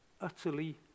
utterly